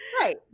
Right